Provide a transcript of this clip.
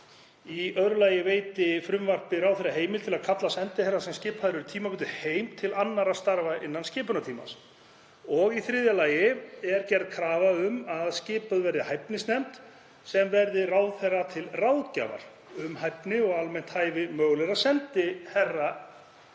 Í öðru lagi veitir frumvarpið ráðherra heimild til að kalla sendiherra, sem skipaðir eru tímabundið, heim til annarra starfa innan skipunartíma þeirra. Í þriðja lagi er gerð krafa um að skipuð verði hæfnisnefnd sem verði ráðherra til ráðgjafar um hæfni og almennt hæfi mögulegra sendiherraefna,